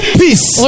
peace